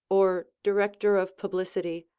or director of publicity,